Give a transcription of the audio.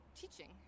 teaching